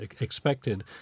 expected